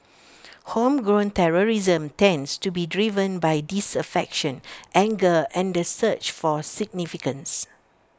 homegrown terrorism tends to be driven by disaffection anger and the search for significance